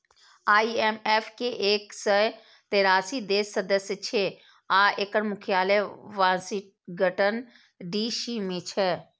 IMF के एक सय तेरासी देश सदस्य छै आ एकर मुख्यालय वाशिंगटन डी.सी मे छै